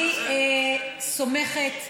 אני סומכת,